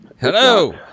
Hello